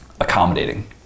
accommodating